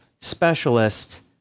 specialists